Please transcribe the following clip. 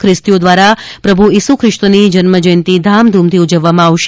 ખ્રિસ્તીઓ દ્વારા પ્રભુ ઇસુ ખ્રિસ્તની જન્જયંતિ ધામધૂમથી ઉજવવામાં આવશે